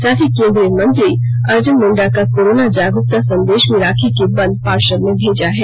साथ ही केंद्रीय मंत्री अर्जन मुंडा का कोरोना जागरूकता संदेश भी राखी के बंद पार्सल में भेजा है